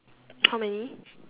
how many